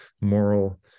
moral